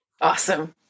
Awesome